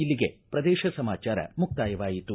ಇಲ್ಲಿಗೆ ಪ್ರದೇಶ ಸಮಾಚಾರ ಮುಕ್ತಾಯವಾಯಿತು